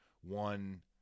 one